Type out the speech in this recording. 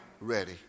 ready